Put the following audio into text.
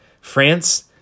France